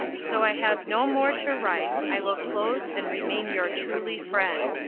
so i have no more to write i will close and remain your truly friend.